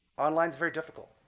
online is very difficult,